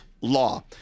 law